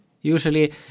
usually